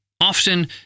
Often